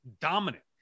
dominant